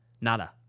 Nada